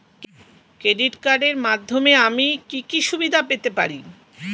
Credit কার্ডের মাধ্যমে আমি কি কি সুবিধা পেতে পারি?